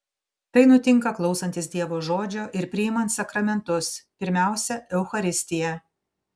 tai nutinka klausantis dievo žodžio ir priimant sakramentus pirmiausia eucharistiją